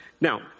Now